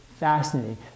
fascinating